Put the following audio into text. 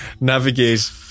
navigate